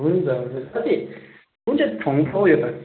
हुन्छ हुन्छ साथी कुन चाहिँ ठाँउ पो हो यो त